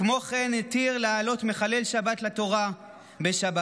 כמו כן, הוא התיר להעלות מחלל שבת לתורה בשבת.